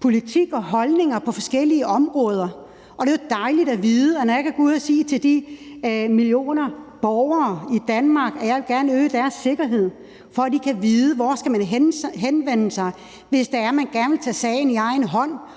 politik og holdninger på forskellige områder. Og det er jo dejligt at vide, at jeg kan gå ud at sige til borgerne i Danmark, at jeg gerne vil øge deres sikkerhed, ved at de kan vide, hvor de skal henvende sig, hvis det er, at de gerne vil tage sagen i egen hånd